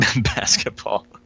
basketball